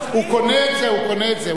הוא קונה, הוא קונה את זה.